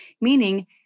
Meaning